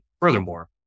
Furthermore